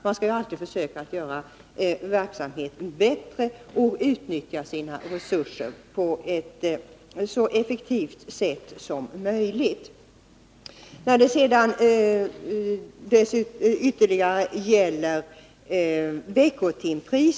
Man skall alltså försöka göra verksamheten bättre och utnyttja sina resurser på ett så effektivt sätt som möjligt. När det sedan gäller veckotimpriset vill jag göra en kommentar.